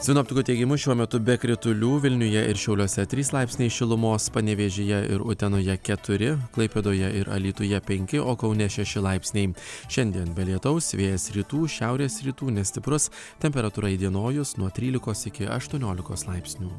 sinoptikų teigimu šiuo metu be kritulių vilniuje ir šiauliuose trys laipsniai šilumos panevėžyje ir utenoje keturi klaipėdoje ir alytuje penki o kaune šeši laipsniai šiandien be lietaus vėjas rytų šiaurės rytų nestiprus temperatūra įdienojus nuo trylikos iki aštuoniolikos laipsnių